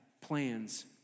plans